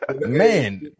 Man